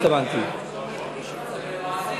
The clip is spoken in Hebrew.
התכוונתי עדי.